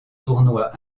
tournoi